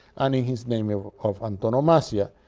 and in his name of of antonomasia.